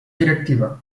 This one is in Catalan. directiva